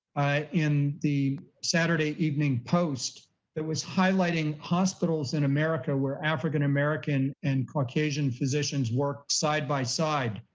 in the saturday evening post that was highlighting hospitals in america where african american and caucasian physicians worked side by side.